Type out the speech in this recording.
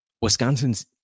Wisconsin's